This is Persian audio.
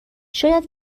شاید